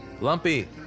Lumpy